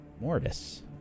Mortis